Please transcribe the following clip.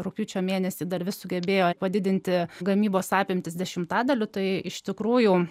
rugpjūčio mėnesį dar sugebėjo padidinti gamybos apimtis dešimtadaliu tai iš tikrųjų